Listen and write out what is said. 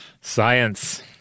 science